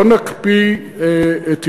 לא נקפיא את ירושלים.